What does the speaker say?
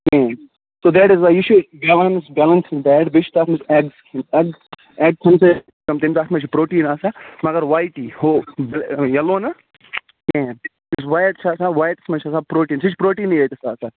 تہٕ that is why یہِ چھُ بیلَنس بیلَنٛسنٛگ ڈایِٹ بیٚیہِ چھِ تِتھ منٚز ایٚگس کھیٚنۍ ایٚگس ایٚگ اِنٹیک چھِ تَتھ منٛز چھُ پروٹیٖن آسان مگروایٹی ہُہ یَلو نہٕ کیٚنہہ کیاز وایٹ چھِ آسان وایٹس منٛز چھُ آسان پروٹیٖن سُہ چھِ پروٹین یوتِس آسان